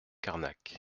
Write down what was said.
carnac